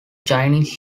chinese